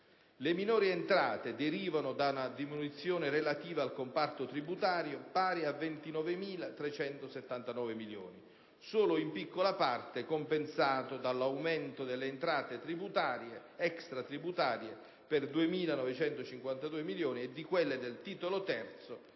Le minori entrate derivano da una diminuzione relativa al comparto tributario pari a 29.379 milioni, solo in piccola parte compensata dall'aumento delle entrate extratributarie per 2.952 milioni e di quelle del titolo III